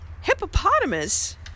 hippopotamus